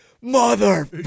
mother